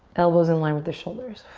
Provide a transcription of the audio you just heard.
elbows in line with the shoulders.